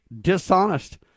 dishonest